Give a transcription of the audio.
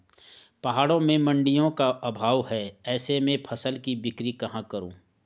पहाड़ों में मडिंयों का अभाव है ऐसे में फसल की बिक्री कहाँ करूँ?